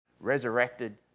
resurrected